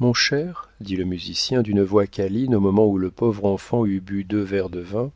mon cher dit le musicien d'une voix câline au moment où le pauvre enfant eut bu deux verres de vin